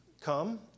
come